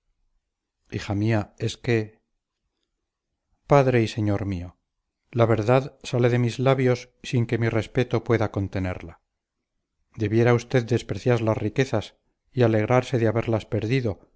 hija mía es que padre y señor mío la verdad sale de mis labios sin que mi respeto pueda contenerla debiera usted despreciar las riquezas y alegrarse de haberlas perdido